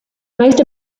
most